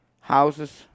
houses